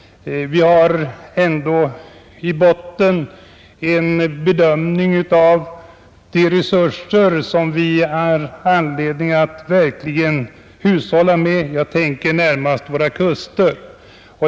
Vi har i botten en bedömning av de resurser som det finns anledning att hushålla med. Jag tänker närmast på våra kuster.